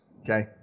Okay